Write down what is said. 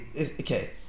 okay